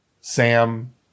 Sam